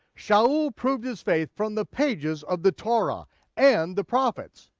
saul proved his faith from the pages of the torah and the prophets.